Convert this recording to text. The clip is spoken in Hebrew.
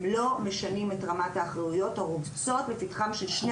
הם לא משנים את רמת האחריות הרובצת לפתחם של שני